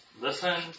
Listen